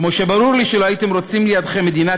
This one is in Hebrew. כמו שברור לי שלא הייתם רוצים לידכם מדינת